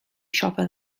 siopa